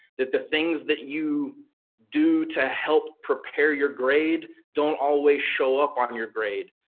that the things that you do to help prepare your grade don't always show up on your grade.